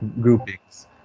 groupings